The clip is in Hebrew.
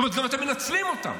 זאת אומרת, אתם גם מנצלים אותם.